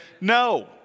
No